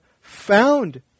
found